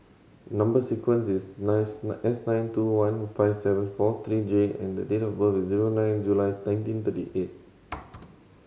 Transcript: number sequence is nine S nine two one five seven four three J and date of birth is zero nine July nineteen thirty eight